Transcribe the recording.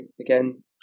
again